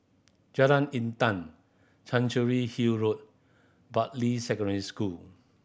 Jalan Intan Chancery Hill Road Bartley Secondary School